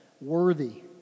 worthy